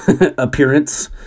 appearance